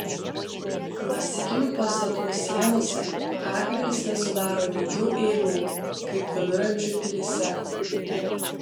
klasikinių pastatų sienose akmenys nesudaro lygių eilių kaip viduramžių pilyse